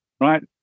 right